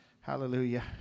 hallelujah